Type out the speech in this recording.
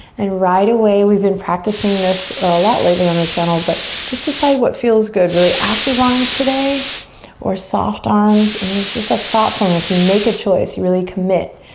and right away, we've been practicing this a lot lately on the channel, but just decide what feels good, really active arms today or soft arms. and there's just a thoughtfulness, you make a choice, you really commit.